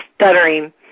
stuttering